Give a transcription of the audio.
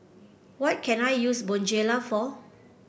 what can I use Bonjela for